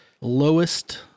lowest